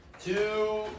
Two